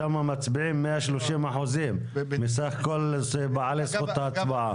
שם מצביעים 130% מסך כל בעלי זכות ההצבעה.